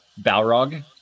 Balrog